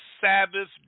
Sabbath